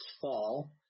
fall